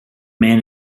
man